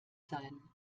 sein